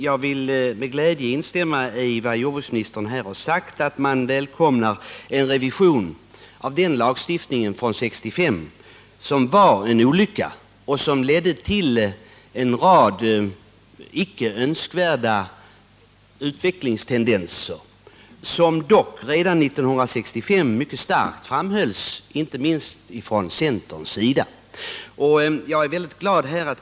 Jag vill med glädje instämma i vad jordbruksministern har sagt om önskvärdheten av en revision av lagstiftningen från 1965, som var en olycka och som ledde till en rad icke önskvärda utvecklingstendenser. Jag vill erinra om att detta redan 1965 mycket starkt framhölls inte minst från centerns sida.